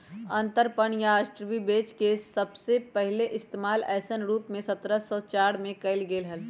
अंतरपणन या आर्बिट्राज के सबसे पहले इश्तेमाल ऐसन रूप में सत्रह सौ चार में कइल गैले हल